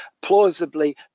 plausibly